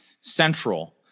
central